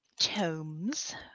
tomes